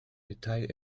detail